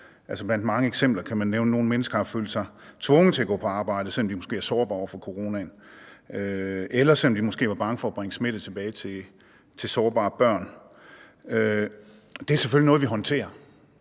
Blandt mange eksempler kan man nævne, at nogle mennesker har følt sig tvunget til at gå på arbejde, selv om de måske selv er sårbare over for coronaen, eller selv om de måske er bange for at bringe smitte tilbage til sårbare børn. Det er selvfølgelig noget, vi håndterer